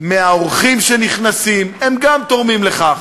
מהאורחים שנכנסים, הם גם תורמים לכך,